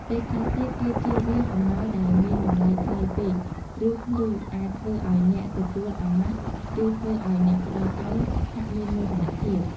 ពេលខ្លះទៀតគេជៀសវាងអំណោយដែលមានតម្លៃថ្លៃពេក ឬភ្លឺអាចធ្វើឲ្យអ្នកទទួលអាម៉ាស់ ឬធ្វើឲ្យអ្នកផ្តល់ឲ្យហាក់មានមោទនភាព។